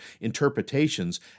interpretations